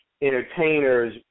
entertainers